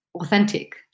authentic